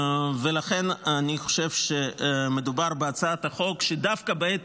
ולכן אני חושב שמדובר בהצעת חוק שדווקא בעת